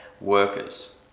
workers